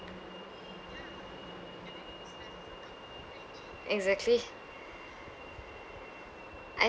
exactly I